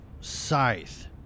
scythe